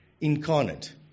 incarnate